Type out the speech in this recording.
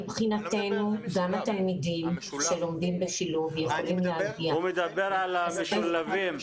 מבחינתנו גם התלמידים שלומדים בשילוב יכולים -- הוא מדבר על המשולבים.